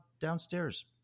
downstairs